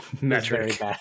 metric